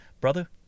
Brother